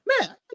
man